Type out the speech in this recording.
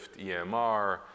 EMR